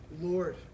Lord